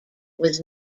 was